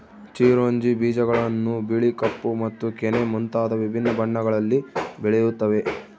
ಚಿರೊಂಜಿ ಬೀಜಗಳನ್ನು ಬಿಳಿ ಕಪ್ಪು ಮತ್ತು ಕೆನೆ ಮುಂತಾದ ವಿಭಿನ್ನ ಬಣ್ಣಗಳಲ್ಲಿ ಬೆಳೆಯುತ್ತವೆ